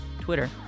Twitter